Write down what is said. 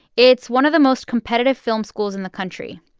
it's one of the most competitive film schools in the country,